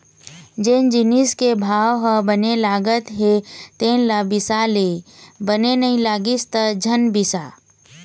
जेन जिनिस के भाव ह बने लागत हे तेन ल बिसा ले, बने नइ लागिस त झन बिसा